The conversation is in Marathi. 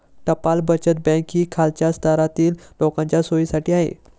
टपाल बचत बँक ही खालच्या स्तरातील लोकांच्या सोयीसाठी आहे